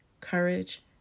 courage